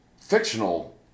fictional